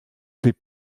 des